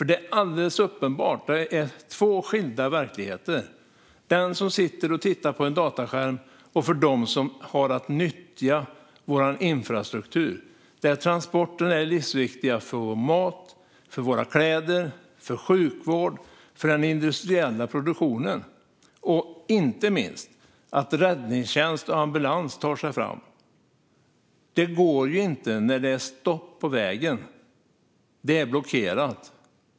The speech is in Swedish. Det är alldeles uppenbart att det handlar om två skilda världar: en för den som sitter och tittar på en dataskärm och en för dem som har att nyttja vår infrastruktur. Transporterna är livsviktiga för mat, kläder, sjukvård och den industriella produktionen. Inte minst måste räddningstjänst och ambulans kunna ta sig fram. Det går inte när det är stopp och blockerat på vägen.